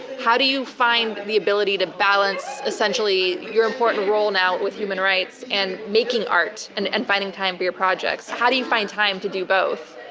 how do you find the ability to balance essentially your important role now with human rights and making art and and finding time for your projects? how do you find time to do both,